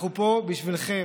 אנחנו פה בשבילכם,